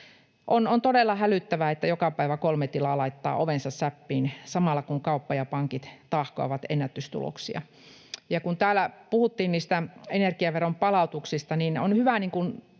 On todella hälyttävää, että joka päivä kolme tilaa laittaa ovensa säppiin, samalla kun kauppa ja pankit tahkoavat ennätystuloksia. Kun täällä puhuttiin niistä energiaveron palautuksista, on hyvä